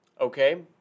Okay